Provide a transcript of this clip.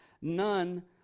none